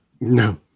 No